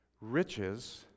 riches